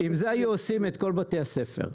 עושים את כל בתי הספר.